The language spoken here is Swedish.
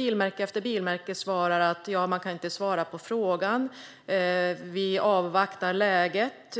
Bilmärke efter bilmärke kan inte svara på frågan - man avvaktar läget,